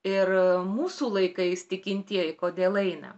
ir mūsų laikais tikintieji kodėl eina